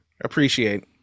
appreciate